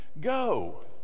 go